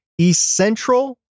essential